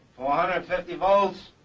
ah and fifty volts.